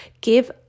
give